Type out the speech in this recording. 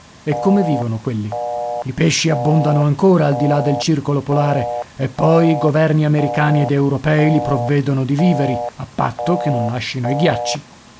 e come vivono quelli i pesci abbondano ancora al di là del circolo polare e poi i governi americani ed europei li provvedono di viveri a patto che non lascino i ghiacci